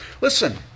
Listen